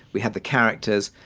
we had the characters,